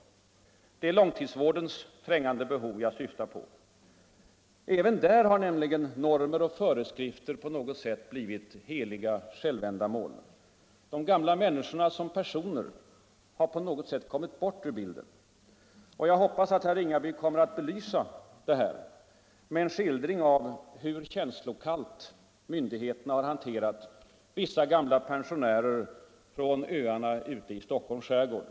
Det är långtidsvårdens trängande behov jag syftar på. Även där har nämligen normer och föreskrifter på något sätt blivit heliga självändamål. De gamla människorna som personer har kommit bort ur bilden. Jag hoppas att herr Ringaby kommer att belysa detta med en skildring av hur känslokallt myndigheterna har hanterat vissa gamla pensionärer från öarna i Stockholms skärgård.